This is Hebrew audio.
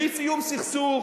בלי סיום הסכסוך,